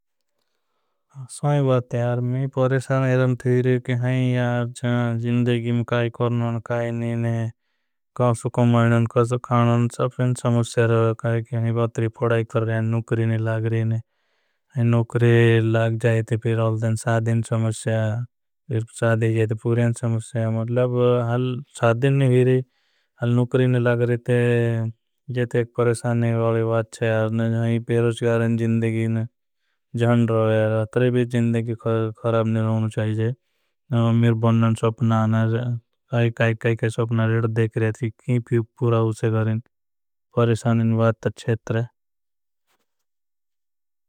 सही बात है यार मैं परेशान है कि जिंदगी में काई करना। और काई नहीं छे सो कमाईड़ा और काई सो खाना और। सबसे नहीं समस्या रहा छे हम बहुतरी फ़ोड़ाय कर रहे छे। नौकरी नहीं लग रहे छे लग जाये ते फिर अल देन सादीन। समश्या सादी जाये ते पूरेन समश्या हल सादीन नहीं ही। रहे हल नुकरी नहीं लग रहे ते जैते एक परसान नहीं वाले। बात छे यार बेरोजगारी ने जिंदगी झंड रहे एतनों भी जिंदगी। खराब नहीं रहनों चाहिए। बन्नो ने सपना देख रहे काई काई रो सपना देख रहे काई। पुर नहीं हो रहे छे परेशानी नो बात छे।